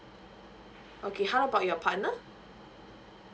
okay how about your partner